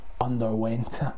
underwent